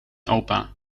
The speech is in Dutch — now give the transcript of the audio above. opa